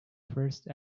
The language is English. first